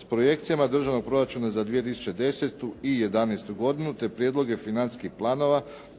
s projekcijama Državnog proračuna za 2010. i '11. godinu, te prijedloge Financijskih planova